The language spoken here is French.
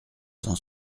cent